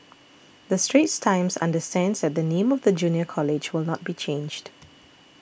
the Straits Times understands that the name of the Junior College will not be changed